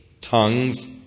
tongues